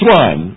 one